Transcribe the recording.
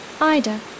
Ida